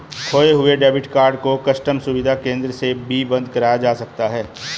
खोये हुए debit card को कस्टम सुविधा केंद्र से भी बंद कराया जा सकता है